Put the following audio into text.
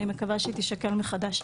אני מקווה שהיא תישקל מחדש.